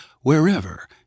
wherever